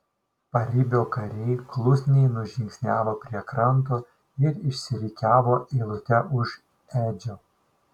paribio kariai klusniai nužingsniavo prie kranto ir išsirikiavo eilute už edžio